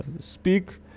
speak